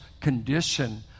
condition